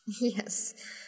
Yes